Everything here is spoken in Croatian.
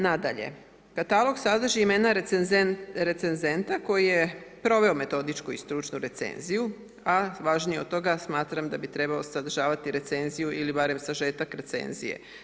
Nadalje, katalog sadrži imena recenzenta koji je proveo metodičku i stručnu recenziju, a važnije od toga smatram da bi trebao sadržavati recenziju ili barem sažetak recenzije.